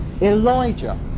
Elijah